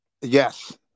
Yes